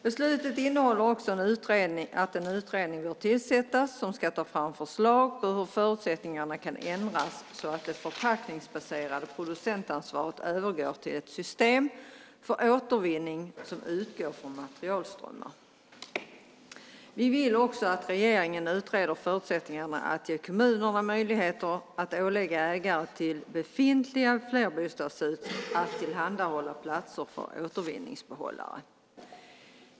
Beslutet innehåller också att en utredning bör tillsättas som ska ta fram förslag på hur förutsättningarna kan ändras så att det förpackningsbaserade producentansvaret övergår till ett system för återvinning som utgår från materialströmmar. Vi vill också att regeringen utreder förutsättningarna att ge kommunerna möjligheter att ålägga ägare till befintliga flerbostadshus att tillhandahålla platser för återvinningsbehållare.